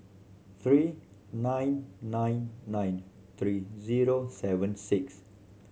three nine nine nine three zero seven six